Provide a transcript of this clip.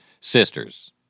sisters